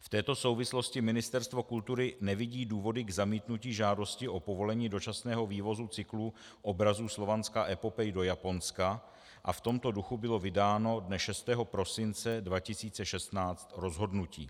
V této souvislosti Ministerstvo kultury nevidí důvody k zamítnutí žádosti o povolení dočasného vývozu cyklu obrazů Slovanská epopej do Japonska a v tomto duchu bylo vydáno dne 6. prosince 2016 rozhodnutí.